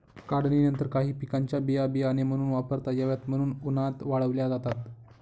काढणीनंतर काही पिकांच्या बिया बियाणे म्हणून वापरता याव्यात म्हणून उन्हात वाळवल्या जातात